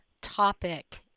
topic